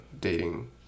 dating